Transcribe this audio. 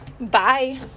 Bye